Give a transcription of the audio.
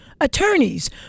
Attorneys